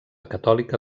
catòlica